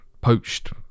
poached